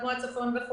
כמו הצפון וכולי.